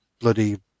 bloody